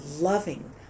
loving